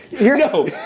No